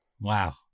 Wow